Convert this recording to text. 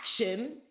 action